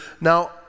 Now